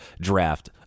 draft